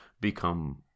become